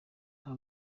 nta